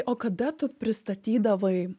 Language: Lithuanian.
o kada tu pristatydavai